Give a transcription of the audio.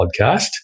podcast